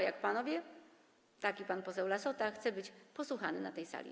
Jak panowie, tak i pan poseł Lassota chce być wysłuchany na tej sali.